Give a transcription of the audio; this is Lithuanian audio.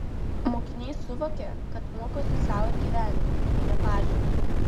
mokiniai suvokia kad mokosi sau ir gyvenimui o ne pažymiui